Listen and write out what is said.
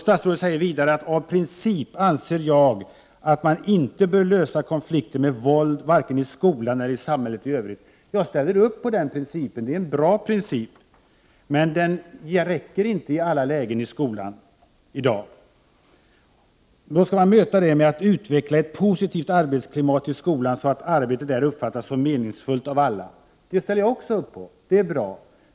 Statsrådet säger vidare: ”Av princip anser jag nämligen att man inte bör lösa konflikter med våld, varken i skolan eller i samhället i övrigt.” Jag ställer upp på den principen. Det är en bra princip. Men den räcker inte i alla lägen i skolan i dag. Statsrådet anser att vi skall möta situationen genom att utveckla ett positivt arbetsklimat i skolan, så att arbetet där uppfattas som meningsfyllt av alla. Det ställer jag också upp på. Det är bra.